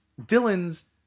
dylan's